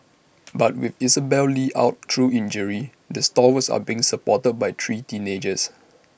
but with Isabelle li out through injury the stalwarts are being supported by three teenagers